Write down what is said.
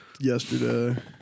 yesterday